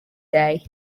day